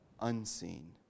unseen